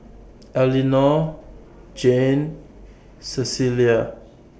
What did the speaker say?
Elinore Jane Cecilia